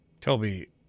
Toby